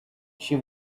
she